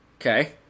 Okay